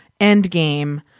endgame